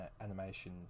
animation